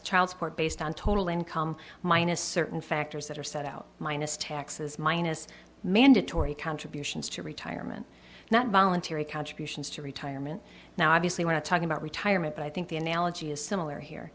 child support based on total income minus certain factors that are set out minus taxes minus mandatory contributions to retirement not voluntary contributions to retirement now obviously want to talk about retirement but i think the analogy is similar here